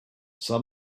some